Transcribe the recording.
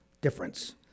difference